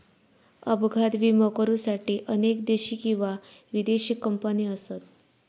अपघात विमो करुसाठी अनेक देशी किंवा विदेशी कंपने असत